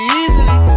easily